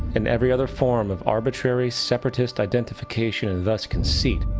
and every other form of arbitrary separatist identification and thus conceit,